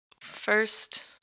First